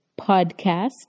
podcast